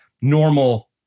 normal